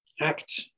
act